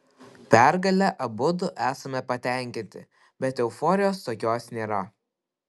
pergale abudu esame patenkinti bet euforijos tokios nėra